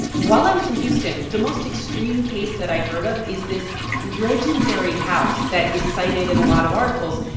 while i was in houston, the most extreme case that i heard of is this legendary house that is cited in a lot of articles.